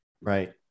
right